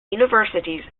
universities